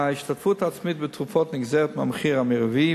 ההשתתפות העצמית בתרופות נגזרת מהמחיר המרבי,